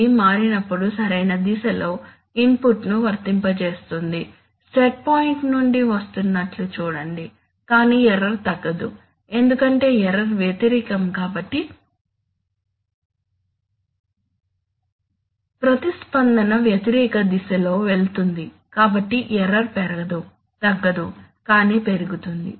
ఇది మారినప్పుడు సరైన దిశలో ఇన్పుట్ను వర్తింపజేస్తుంది సెట్పాయింట్ నుండి వస్తున్నట్లు చూడండి కానీ ఎర్రర్ తగ్గదు ఎందుకంటే ఎర్రర్ వ్యతిరేకం కాబట్టి ప్రతిస్పందన వ్యతిరేక దిశలో వెళుతుంది కాబట్టి ఎర్రర్ పెరగదు తగ్గదు కానీ పెరుగుతుంది